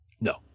No